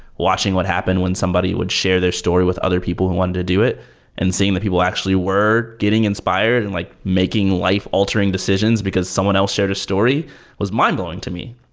watching what happened when somebody would share their story with other people who wanted to do it and seeing the people actually were getting inspired and like making life-altering decisions because someone else shared a story was mind blowing to me.